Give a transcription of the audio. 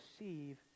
receive